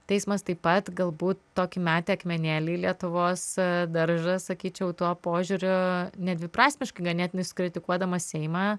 teismas taip pat galbūt tokį metė akmenėlį į lietuvos daržą sakyčiau tuo požiūriu nedviprasmiškai ganėtinai sukritikuodamas seimą